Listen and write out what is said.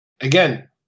again